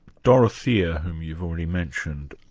dorothea, whom you've already mentioned,